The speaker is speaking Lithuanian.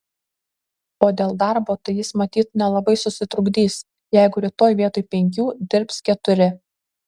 o dėl darbo tai jis matyt nelabai susitrukdys jeigu rytoj vietoj penkių dirbs keturi